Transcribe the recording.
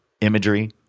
imagery